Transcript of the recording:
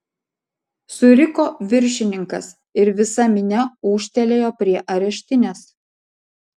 suriko viršininkas ir visa minia ūžtelėjo prie areštinės